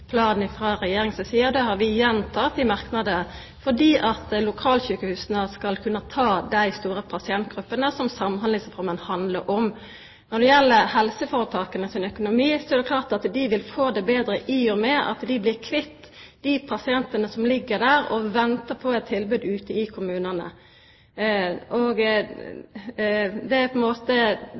planen frå Regjeringa, og det har vi gjenteke i merknader – fordi lokalsjukehusa skal kunna ta dei store pasientgruppene som Samhandlingsreforma handlar om. Når det gjeld helseføretaka sin økonomi, er det klart at dei vil få det betre, i og med at dei blir kvitt dei pasientane som ligg der og ventar på eit tilbod ute i kommunane. Det er på ein måte